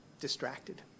distracted